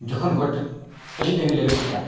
ᱡᱚᱠᱷᱚᱱ ᱜᱚᱴ ᱟᱹᱞᱤᱧᱤᱡ ᱰᱟᱹᱝᱨᱤ ᱞᱮᱵᱮᱫ ᱠᱮᱫᱟᱭ